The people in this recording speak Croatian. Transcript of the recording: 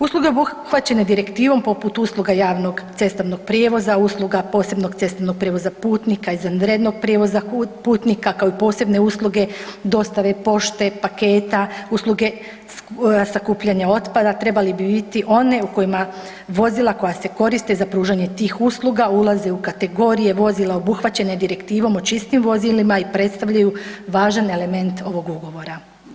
Usluge obuhvaćene direktivom poput usluga javnog cestovnog prijevoza, usluga posebnog cestovnog prijevoza putnika, izvanrednog prijevoza putnika kao i posebne usluge, dostave pošte, paketa, usluge sakupljanja otpada trebali bi biti one u kojima vozila koja se koriste za pružanje tih usluga ulaze u kategorije vozila obuhvaćene Direktivom o čistim vozilima i predstavljaju važan element ovog ugovora.